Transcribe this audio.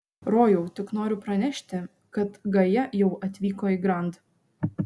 rojau tik noriu pranešti kad gaja jau atvyko į grand